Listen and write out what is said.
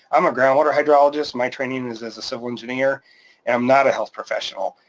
i'm a ground water hydrologist, my training is as a civil engineer, and i'm not a health professional.